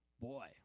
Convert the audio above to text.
Boy